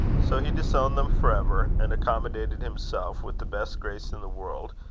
so he disowned them for ever, and accommodated himself, with the best grace in the world,